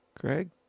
Craig